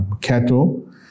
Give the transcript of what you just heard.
cattle